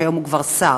שהיום הוא כבר שר.